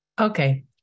Okay